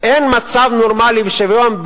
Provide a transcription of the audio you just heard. אין מצב נורמלי ושוויון,